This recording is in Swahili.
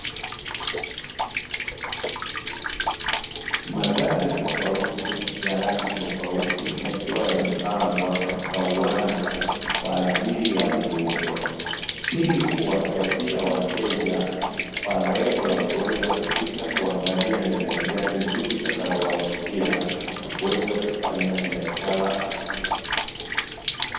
Magari tofauti ya rangi tofauti yakiwa yamepangwa katika uwanja kwa ajili ya kuuzwa. Hii huwasaidia wateja kwa lengo la kuweza kupita na kuangalia ni gari gani zuri litakalo wavutia na kuweza kufanya biashara.